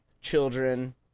children